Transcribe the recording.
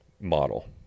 model